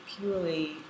purely